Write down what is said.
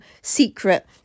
secret